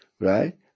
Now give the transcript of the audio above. right